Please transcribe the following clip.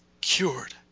Cured